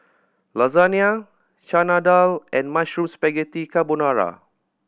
Lasagne Chana Dal and Mushroom Spaghetti Carbonara